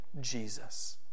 Jesus